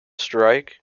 strike